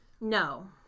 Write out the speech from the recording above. No